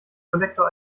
collector